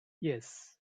yes